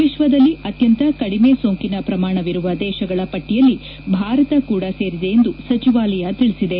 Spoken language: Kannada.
ವಿಕ್ವದಲ್ಲಿ ಅತ್ಯಂತ ಕಡಿಮೆ ಸೋಂಕಿನ ಪ್ರಮಾಣವಿರುವ ದೇಶಗಳ ಪಟ್ಟಯಲ್ಲಿ ಭಾರತ ಕೂಡ ಸೇರಿದೆ ಎಂದು ಸಚಿವಾಲಯ ತಿಳಿಸಿದೆ